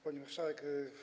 Pani Marszałek!